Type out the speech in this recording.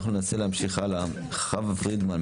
אנחנו ננסה להמשיך הלאה חווה פרידמן,